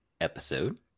episode